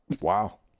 wow